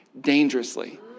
dangerously